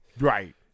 Right